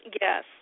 yes